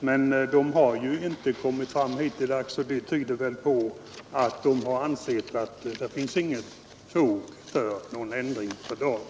Men den har inte hittills lagt fram förslag — och det tyder väl på att gruppen inte anser att det finns fog för någon ändring för dagen.